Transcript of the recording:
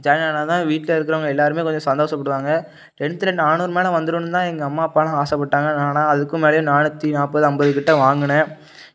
join ஆனால் தான் வீட்டில் இருக்கிறவங்க எல்லோருமே கொஞ்சம் சந்தோஷப்படுவாங்க டென்த்தில் நானூறு மேலே வந்துரும்னு தான் எங்கள் அம்மா அப்பாலாம் ஆசைப்பட்டாங்க ஆனால் அதுக்கும் மேலேயே நானூற்றி நாற்பது ஐம்பது கிட்ட வாங்கினேன்